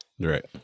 right